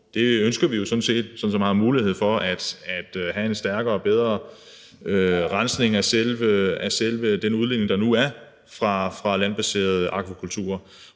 det ønsker vi jo sådan set – sådan at man har mulighed for at have en stærkere og bedre rensning af den udledning, der nu er fra de landbaserede akvakulturer.